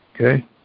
Okay